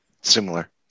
Similar